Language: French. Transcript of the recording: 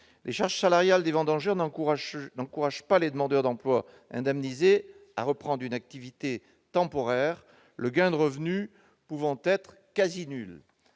Les charges salariales supportées par les vendangeurs n'encouragent pas les demandeurs d'emploi indemnisés à reprendre une activité temporaire, le gain de revenu pouvant être quasi nul.